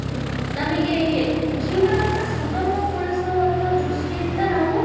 ನಮಗೆ ಜೀವನವನ್ನು ಸುಗಮಗೊಳಿಸುವಂಥ ದೃಷ್ಟಿಯಿಂದ ನಾವು